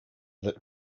that